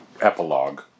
epilogue